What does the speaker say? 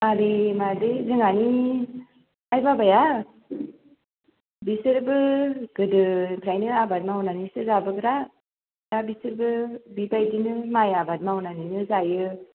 आदै मादै जोंहानि आइ बाबाया बिसोरबो गोदोनिफ्राइनो आबाद मावनानैसो जाबोग्रा दा बिसोरबो बेबायदिनो माइ आबाद मावनानैनो जायो